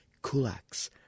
Kulaks